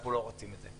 אנחנו לא רוצים את זה.